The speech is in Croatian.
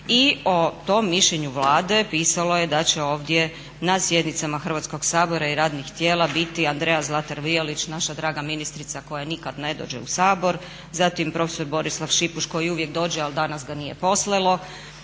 i o tom mišljenju Vlade pisalo je da će ovdje na sjednicama Hrvatskog sabora i radnih tijela biti Andrea Zlatar Violić naša draga ministrica koja nikad ne dođe u Sabor. Zatim, profesor Borislav Šipuš koji uvijek dođe, ali danas ga nije poslalo.